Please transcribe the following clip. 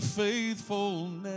faithfulness